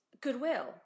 goodwill